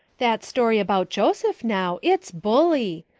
that story about joseph now it's bully.